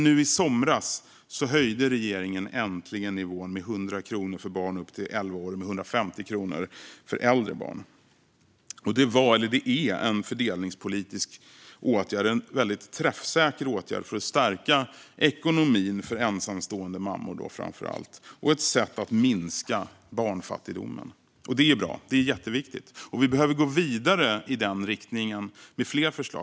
Nu i somras höjde regeringen äntligen nivån med 100 kronor för barn upp till elva år och med 150 kronor för äldre barn. Det är en fördelningspolitisk åtgärd, en väldigt träffsäker åtgärd för att stärka ekonomin för framför allt ensamstående mammor och ett sätt att minska barnfattigdomen. Det är bra och jätteviktigt. Vi behöver gå vidare i den riktningen med fler förslag.